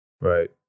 Right